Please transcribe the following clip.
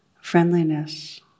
friendliness